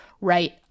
right